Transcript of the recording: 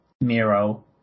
Miro